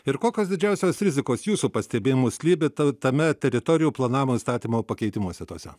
ir kokios didžiausios rizikos jūsų pastebėjimu slypi ta tame teritorijų planavimo įstatymo pakeitimuose tuose